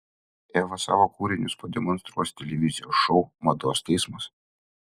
eva savo kūrinius pademonstruos televizijos šou mados teismas